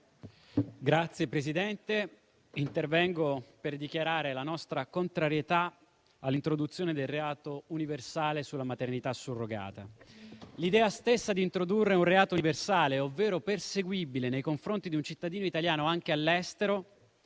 Signora Presidente, intervengo per dichiarare la nostra contrarietà all'introduzione del reato universale sulla maternità surrogata. L'idea stessa di introdurre un reato universale, ovvero perseguibile nei confronti di un cittadino italiano anche all'estero,